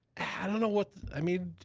i don't know what, i mean,